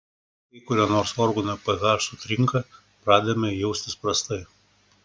kai kurio nors organo ph sutrinka pradedame jaustis prastai